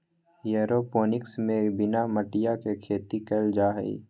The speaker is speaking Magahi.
एयरोपोनिक्स में बिना मटिया के खेती कइल जाहई